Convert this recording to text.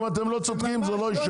אם אתם לא צודקים זה לא יישאר.